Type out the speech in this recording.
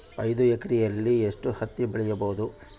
ಐದು ಎಕರೆಯಲ್ಲಿ ಎಷ್ಟು ಹತ್ತಿ ಬೆಳೆಯಬಹುದು?